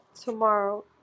tomorrow